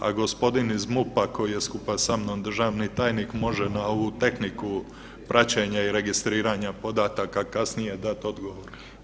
A gospodin iz MUP-a koji je skupa sa mnom državni tajnik može na ovu tehniku praćenja i registriranja podataka kasnije dat odgovor.